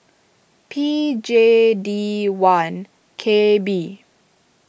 P J D one K B